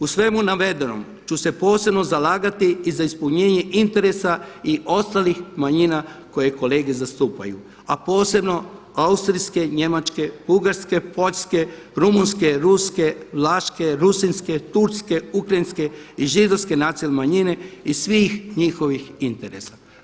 U svemu navedenom ću se posebno zalagati i za ispunjenje interesa i ostalih manjina koje kolege zastupaju, a posebno Austrijske, Njemačke, Bugarske, Poljske, Rumunjske, Ruske, Vlaške, Rusinske, Turske, Ukrajinske i Židovske nacionalne manjine i svih njihovih interesa.